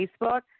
Facebook